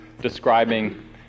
describing